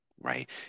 right